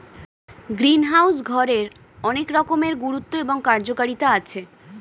greenhouse ঘরের অনেক রকমের গুরুত্ব এবং কার্যকারিতা আছে